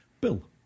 Bill